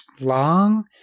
long